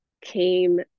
came